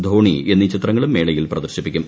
ധോണി എന്നീ ചിത്രങ്ങളും മേളയിൽ പ്രദർശിപ്പിക്കും